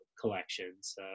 collections